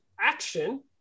action